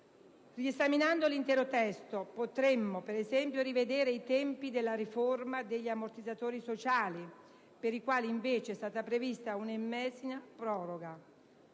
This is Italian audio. Riesaminando l'intero testo potremmo, per esempio, rivedere i tempi della riforma degli ammortizzatori sociali, per i quali invece è stata prevista una ennesima proroga.